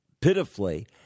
pitifully